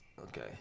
okay